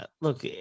Look